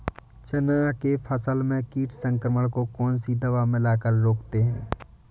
चना के फसल में कीट संक्रमण को कौन सी दवा मिला कर रोकते हैं?